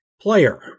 player